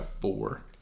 four